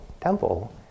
Temple